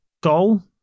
goal